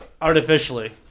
Artificially